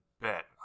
bet